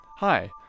Hi